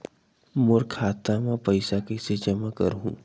मोर खाता म पईसा कइसे जमा करहु?